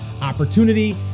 opportunity